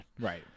right